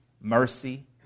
mercy